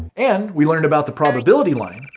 and we learned about the probability line,